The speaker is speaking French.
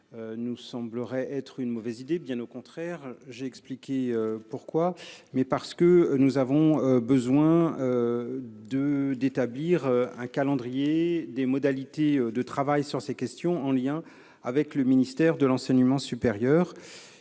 nous paraît être une mauvaise idée, bien au contraire- j'ai précédemment expliqué pourquoi -, mais parce que nous avons besoin d'établir un calendrier des modalités de travail sur ces questions, en lien avec le ministère de l'enseignement supérieur.